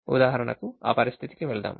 ఉదాహరణకు ఆ పరిస్థితికి వెళ్దాం